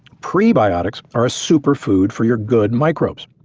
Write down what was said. prebiotics are a super food for your good microbes.